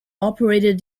operated